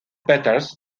peters